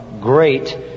great